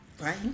Right